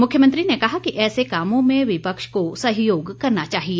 मुख्यमंत्री ने कहा कि ऐसे कामों में विपक्ष को सहयोग करना चाहिए